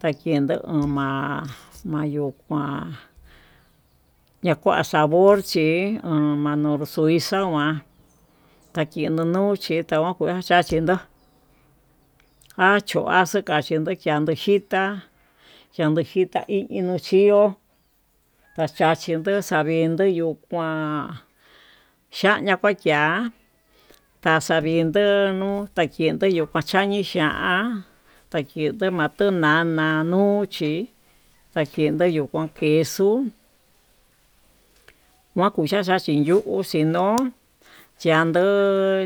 Takendo uun ma'a, mayuu kuan na kua sabor chí'i uun manorzuisa nguan ta kon chentó chachindó jan chio azucar kendo xhitá yando xhita iin nuu xhió, kachachino xavindo yuu kuán xhiaña kuachiá taxavindó takindo yuu kuaxhiani xhián, takindo ma'a tunana nuu chí xakindo nuu kuu queso kuan kuchacha xin nuu xhino'ó xhiando